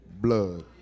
blood